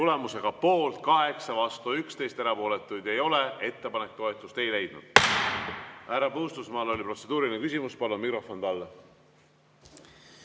Tulemusega poolt 8, vastu 11, erapooletuid ei ole, ettepanek toetust ei leidnud. Härra Puustusmaal oli protseduuriline küsimus. Palun mikrofon talle!